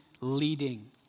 leading